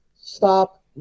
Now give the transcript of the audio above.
Stop